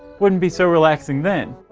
wouldn't be so relaxing then.